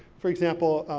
for example,